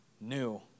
new